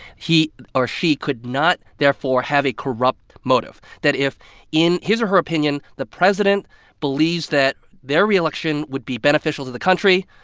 he or she could not, therefore, have a corrupt motive that if in his or her opinion, the president believes that their reelection would be beneficial to the country,